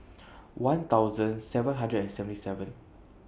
one thousand seven hundred and seventy seven